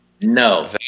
No